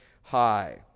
high